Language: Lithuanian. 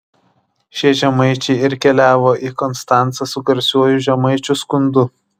šie žemaičiai ir keliavo į konstancą su garsiuoju žemaičių skundu